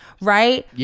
right